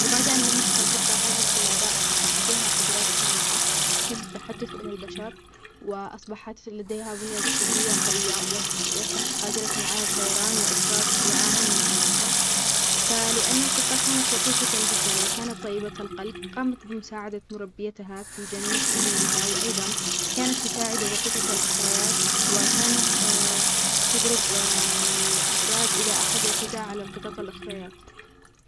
في أحد الأيام، عثرت قطة فضولية على قلادة سحرية مختبئة بين الأشجار في الحديقة. بمجرد أن لمستها، شعرت بطاقة غريبة تسري في جسدها. بدأت القلادة تتوهج، وفجأة أصبحت قادرة على فهم كلام البشر. قررت القطة استخدام هذه القدرة لمساعدة أصحابها في حل مشكلاتهم اليومية.